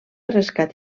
rescat